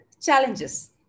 challenges